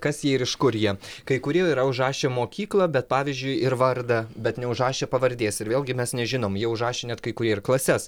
kas jie ir iš kur jie kai kurie yra užrašę mokyklą bet pavyzdžiui ir vardą bet neužrašė pavardės ir vėlgi mes nežinom jie užrašė net kai kurie ir klases